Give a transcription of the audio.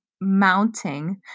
mounting